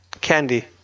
candy